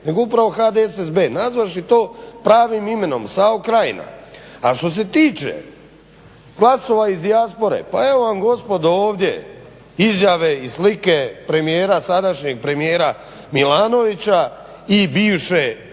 nego upravo HDSSB nazvavši to pravim imenom, SAO Krajina. A što se tiče glasova iz dijaspore, pa evo vam gospodo ovdje izjave i slike premijera, sadašnjeg premijera Milanovića i bivše